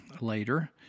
later